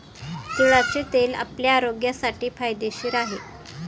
तिळाचे तेल आपल्या आरोग्यासाठी फायदेशीर आहे